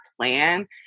plan